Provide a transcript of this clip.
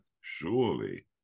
Surely